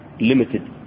limited